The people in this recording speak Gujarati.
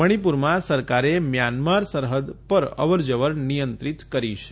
મણિપુરમાં સરકારે મ્યાંમાર સરહદ પર અવરજવર નિયંત્રીત કરી છે